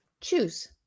Choose